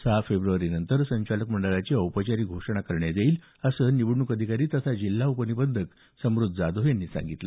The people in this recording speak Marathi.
सहा फेब्रवारीनंतर संचालक मंडळाची औपचारिक घोषणा करण्यात येईल असं निवडणूक अधिकारी तथा जिल्हा उप निबंधक समृत जाधव यांनी सांगितलं